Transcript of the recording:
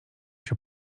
się